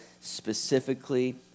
specifically